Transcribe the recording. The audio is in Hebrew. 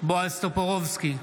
בועז טופורובסקי,